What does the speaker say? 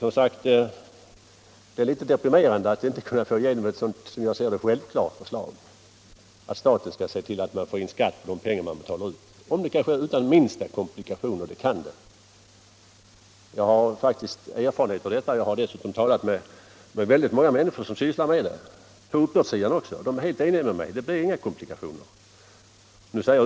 Det är deprimerande att inte kunna få igenom ett sådant här, som jag tycker, självklart förslag, nämligen att staten skall se till att få in skatt på de pengar som staten själv betalar ut — om det kan ske utan minsta komplikationer, och det kan det. Jag har erfarenhet av detta, och dessutom har jag talat med många människor som sysslar med dessa ting. De har varit helt eniga med mig; det blir inga komplikationer.